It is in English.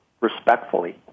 respectfully